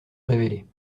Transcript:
révéler